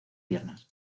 piernas